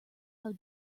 how